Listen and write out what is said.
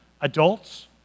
adults